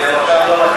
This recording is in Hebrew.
כדי לא לקחת לך,